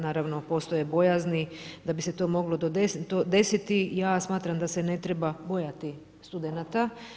Naravno postoje bojazni da bi se to moglo desiti, ja smatram da se ne treba bojati studenata.